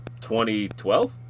2012